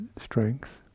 strength